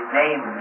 name